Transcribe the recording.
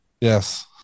yes